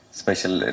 special